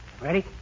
Ready